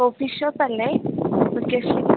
coffee ഷോപ്പല്ലേ location